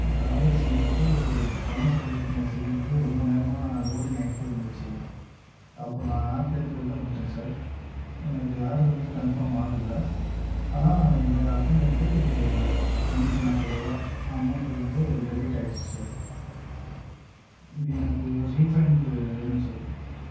order செஞ்சுட்டு பணம் பரிவர்த்தனை செய்யும் போது ரொம்ப நேரமாக லோடிங் ஆகிட்டே இருந்துச்சு அப்புறம் நான் ஆப்லேருந்து வெளில வந்துட்டேன் சார் எனக்கு ஆர்ட்ரு வந்து கன்ஃபார்ம் ஆகலை ஆனால் என்னோடய அக்கௌண்ட்ல இருந்து ஐநூற்று நாற்பது ரூபா அமௌண்ட்டு வந்து டெபிட் ஆயிடுச்சு சார் இது எனக்கு ரீஃபண்டு வேணும் சார்